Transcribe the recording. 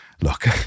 look